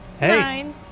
Nine